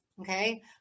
okay